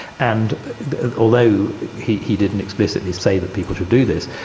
and although he he didn't explicitly say that people should do this,